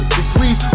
degrees